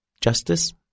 justice